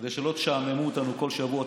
כדי שלא תשעממו אותנו כל שבוע,